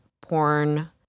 porn